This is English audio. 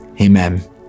amen